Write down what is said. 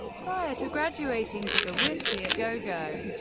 prior to graduating to the whisky a go go,